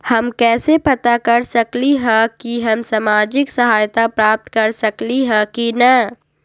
हम कैसे पता कर सकली ह की हम सामाजिक सहायता प्राप्त कर सकली ह की न?